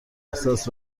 احساس